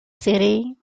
city